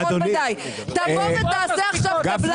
תבוא ותעשה עכשיו טבלה,